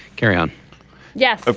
carry on yes,